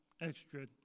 extra